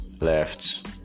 left